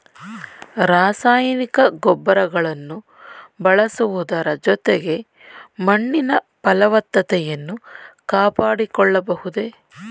ರಾಸಾಯನಿಕ ಗೊಬ್ಬರಗಳನ್ನು ಬಳಸುವುದರ ಜೊತೆಗೆ ಮಣ್ಣಿನ ಫಲವತ್ತತೆಯನ್ನು ಕಾಪಾಡಿಕೊಳ್ಳಬಹುದೇ?